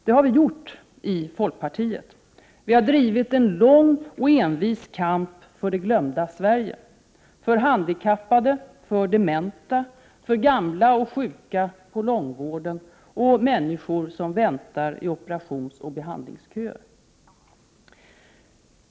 Det har vi gjort i folkpartiet. Vi har drivit en lång och envis kamp för det glömda Sverige — för handikappade, dementa, gamla och sjuka på långvården och människor som väntar i operationsoch behandlingsköer.